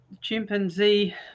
Chimpanzee